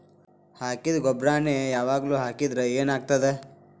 ಹಾಕಿದ್ದ ಗೊಬ್ಬರಾನೆ ಯಾವಾಗ್ಲೂ ಹಾಕಿದ್ರ ಏನ್ ಆಗ್ತದ?